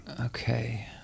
Okay